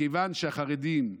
מכיוון שהחרדים,